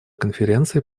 конференции